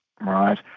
Right